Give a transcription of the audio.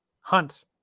hunt